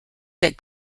that